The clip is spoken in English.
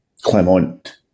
Clement